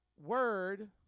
word